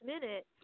minute